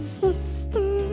sister